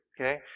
okay